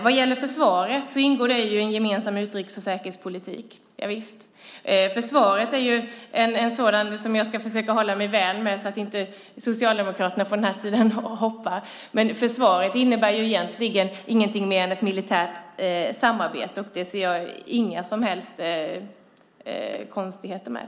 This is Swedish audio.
Vad gäller försvaret ingår det i en gemensam utrikes och säkerhetspolitik - javisst. Försvaret är en fråga som jag ska försöka hålla mig väl med så att inte socialdemokraterna på den här sidan av kammaren hoppar högt. Men försvaret innebär egentligen inget mer än ett militärt samarbete, och det ser jag inga som helst konstigheter med.